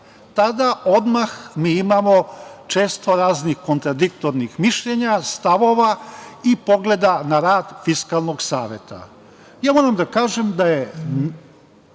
tada odmah mi imamo često raznih kontradiktornih mišljenja, stavova i pogleda na rad Fiskalnog saveta. Moram da kažem da je